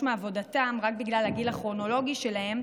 מעבודתם רק בגלל הגיל הכרונולוגי שלהם,